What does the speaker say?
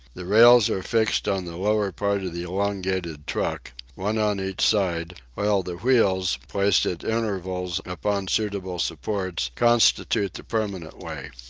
the rails are fixed on the lower part of the elongated truck, one on each side while the wheels, placed at intervals upon suitable supports, constitute the permanent way.